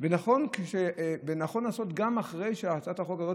ונכון לעשות גם אחרי שהצעת החוק הזאת,